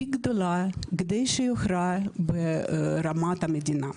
מספיק גדולה כדי שיוכרע ברמת המדינה.